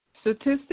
Statistics